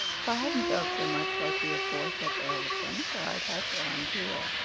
if i hadn't felt so much like the aforesaid elephant i'd have gone to